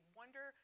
wonder